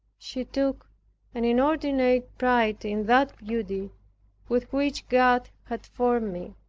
she took an inordinate pride in that beauty with which god had formed me,